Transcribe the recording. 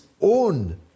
own